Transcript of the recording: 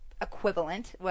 equivalent